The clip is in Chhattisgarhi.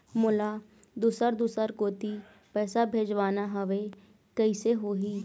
मोला दुसर दूसर कोती पैसा भेजवाना हवे, कइसे होही?